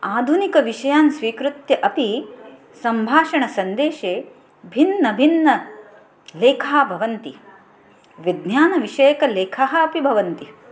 आधुनिकविषयान् स्वीकृत्य अपि सम्भाषणसन्देशे भिन्नभिन्नलेखाः भवन्ति विज्ञानविषयकलेखाः अपि भवन्ति